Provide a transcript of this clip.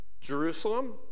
Jerusalem